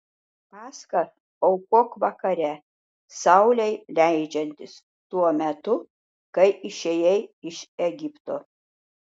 paschą aukok vakare saulei leidžiantis tuo metu kai išėjai iš egipto